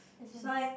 as in